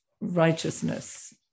righteousness